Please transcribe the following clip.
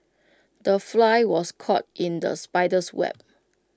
the fly was caught in the spider's web